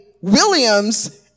Williams